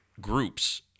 groups